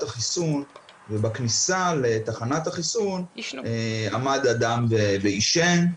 החיסון ובכניסה לתחנת החיסון עמד אדם ועישן,